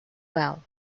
well